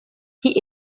qui